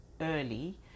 early